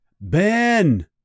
Ben